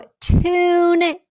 tune